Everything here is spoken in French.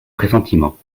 pressentiments